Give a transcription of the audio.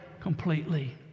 completely